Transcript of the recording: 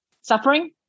suffering